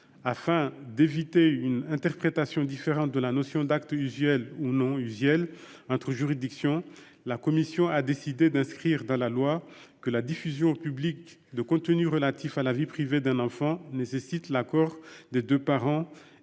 Afin d'éviter une interprétation différente de la notion d'actes usuels ou non usuels entre juridictions, la commission a décidé d'inscrire dans la loi que la diffusion au public de contenus relatifs à la vie privée d'un enfant nécessiterait l'accord des deux parents et